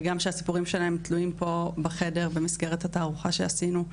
וגם שהסיפורים שלהם תלויים פה בחדר במסגרת התערוכה שעשינו.